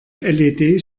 led